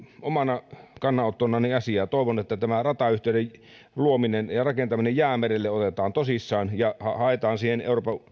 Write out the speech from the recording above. omana kannanottonani asiaan toivon että ratayhteyden luominen ja rakentaminen jäämerelle otetaan tosissaan ja haetaan siihen